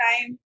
time